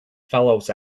fellows